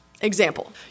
Example